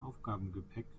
aufgabegepäck